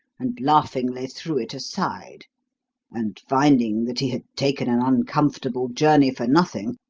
and laughingly threw it aside and, finding that he had taken an uncomfortable journey for nothing,